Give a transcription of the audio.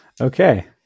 Okay